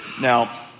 Now